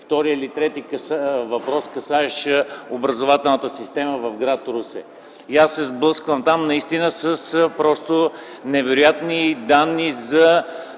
втори или трети въпрос, касаещ образователната система в гр. Русе. Аз се сблъсквам там наистина с невероятни данни за